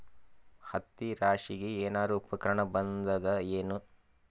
ಹತ್ತಿ ರಾಶಿಗಿ ಏನಾರು ಉಪಕರಣ ಬಂದದ ಏನು?